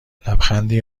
لبخندی